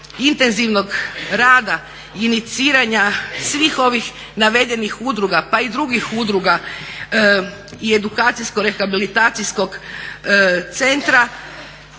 intenzivnog rada, iniciranja svih ovih navedenih udruga pa i drugih udruga i Edukacijsko-rehabilitacijskog centra,